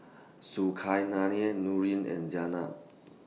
Zulkarnain Nurin and Jenab